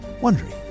Wondery